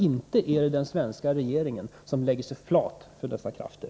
Inte är det den svenska regeringen, som lägger sig platt för dessa krafter.